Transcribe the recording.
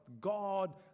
God